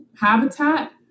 habitat